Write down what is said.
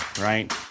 Right